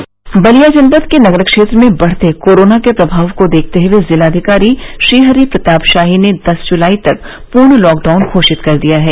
बलिया जनपद के नगर क्षेत्र में बढ़ते कोरोना के प्रभाव को देखते हुए जिलाधिकारी श्रीहरि प्रताप शाही ने दस जुलाई तक पूर्ण लॉकडाउन घोषित कर दिया है